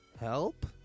help